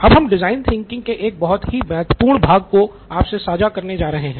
अब हम design thinking के एक बहुत ही महत्वपूर्ण भाग को आपसे साझा करने जा रहे हैं